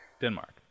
Denmark